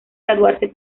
graduarse